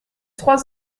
trois